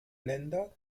länder